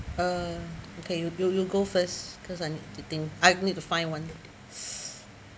uh okay you you you go first cause I need to think I need to find one